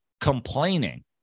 complaining